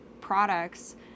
products